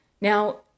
Now